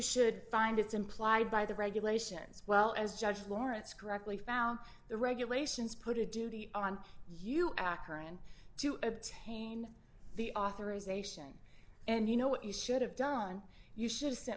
should find it's implied by the regulations well as judge lawrence correctly found the regulations put a duty on you akron to obtain the authorization and you know what you should have done you should